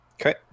okay